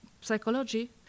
psychology